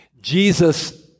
Jesus